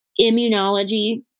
immunology